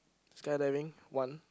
skydiving one